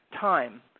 time